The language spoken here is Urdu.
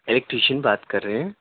الیکٹیشین بات کر رہے ہیں